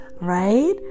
right